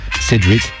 Cedric